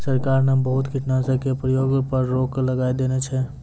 सरकार न बहुत कीटनाशक के प्रयोग पर रोक लगाय देने छै